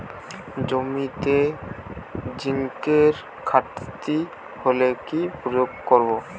জমিতে জিঙ্কের ঘাটতি হলে কি প্রয়োগ করব?